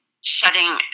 shutting